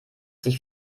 sie